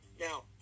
Now